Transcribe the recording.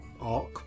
arc